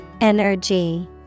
Energy